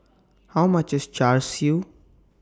How much IS Char Siu